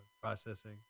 processing